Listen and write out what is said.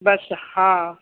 बसि हा